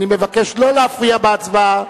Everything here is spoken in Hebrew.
אני מבקש לא להפריע בהצבעה.